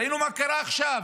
ראינו מה קרה עכשיו,